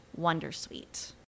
Wondersuite